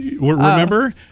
remember